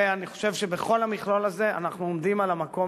ואני חושב שבכל המכלול הזה אנחנו עומדים על המקום.